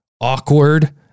awkward